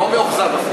לא מאוכזב אפילו.